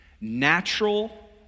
natural